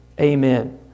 Amen